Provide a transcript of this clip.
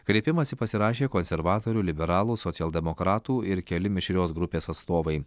kreipimąsi pasirašė konservatorių liberalų socialdemokratų ir keli mišrios grupės atstovai